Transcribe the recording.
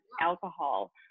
alcohol